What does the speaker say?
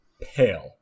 Pale